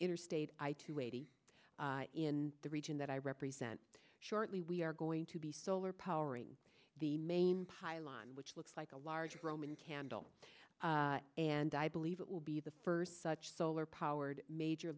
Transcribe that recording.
interstate to eighty in the region that i represent shortly we are going to be solar power eight the main pylon which looks like a large roman candle and i believe it will be the first such solar powered major